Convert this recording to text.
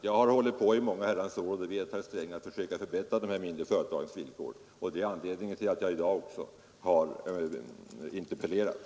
Jag har hållit på i många år — det vet herr Sträng — på att försöka förbättra de mindre företagens villkor, och det är anledningen till att jag interpellerat också denna gång.